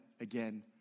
again